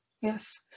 Yes